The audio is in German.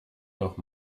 noch